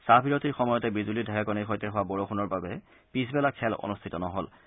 চাহ বিৰতিৰ সময়তে বিজুলী ঢেৰেকণিৰে সৈতে হোৱা বৰষূণৰ বাবে পিছবেলা খেল অনুষ্ঠিত নহ'ল